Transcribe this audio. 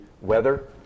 weather